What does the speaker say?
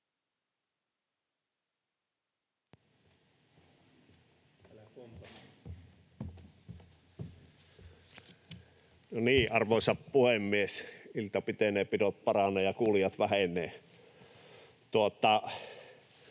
arvoisa puhemies! Ilta pitenee, pidot paranee ja kuulijat vähenee.